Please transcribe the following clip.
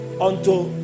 Unto